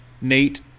Nate